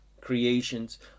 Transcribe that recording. creations